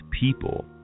people